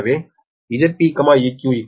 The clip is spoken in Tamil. எனவே ZpeqZp eq1